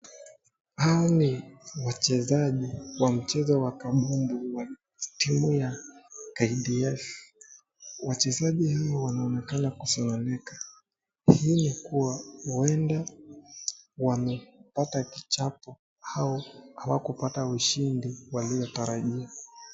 Hawa ni wachezaji wa mchezo wa kabumbu wa timu ya KDF. Wachezaji hawa wanaonekana kusononeka. Hii ni kua huenda wamepata kichapo au hawakupata ushindi waliotarajia.